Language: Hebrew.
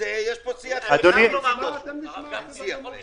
יש זמן עד המליאה.